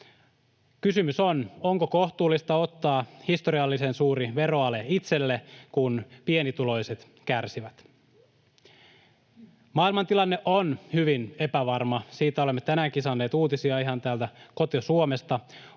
Kysymys on, onko kohtuullista ottaa historiallisen suuri veroale itselle, kun pienituloiset kärsivät. Maailmantilanne on hyvin epävarma. Siitä olemme tänäänkin saaneet uutisia ihan täältä koti-Suomesta.